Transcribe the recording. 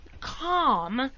calm